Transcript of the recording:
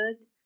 good